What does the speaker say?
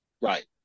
Right